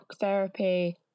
therapy